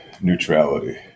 neutrality